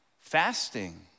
Fasting